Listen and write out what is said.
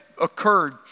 occurred